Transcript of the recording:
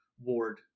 ward